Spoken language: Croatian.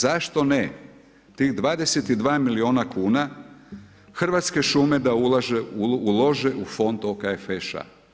Zašto ne tih 22 milijuna kuna Hrvatske šume da ulože u Fond OKFŠ-a?